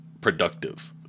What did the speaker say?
productive